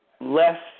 Less